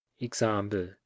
example